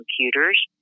computers